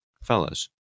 fellas